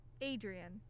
Adrian